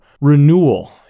renewal